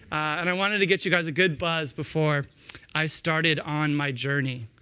and i wanted to get you, guys, a good buzz before i started on my journey.